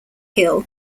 hill